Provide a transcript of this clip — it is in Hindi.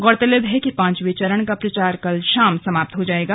गौरतलब है कि पांचवें चरण का प्रचार कल शाम समाप्त हो जाएगा